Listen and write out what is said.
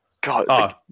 God